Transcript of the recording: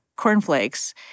cornflakes